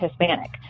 Hispanic